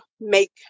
make